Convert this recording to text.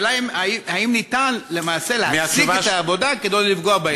השאלה היא אם ניתן להפסיק את העבודה כדי שלא לפגוע בילדים.